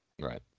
right